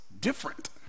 different